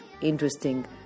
interesting